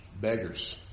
beggars